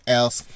else